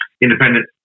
independent